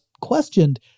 questioned